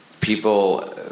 people